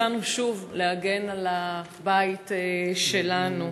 יצאנו שוב להגן על הבית שלנו,